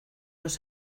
los